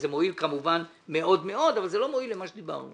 זה כמובן מועיל מאוד מאוד אבל זה לא מועיל למה שדיברנו.